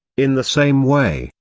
in the same way,